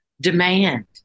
demand